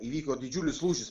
įvyko didžiulis lūžis